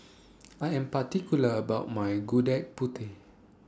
I Am particular about My Gudeg Putih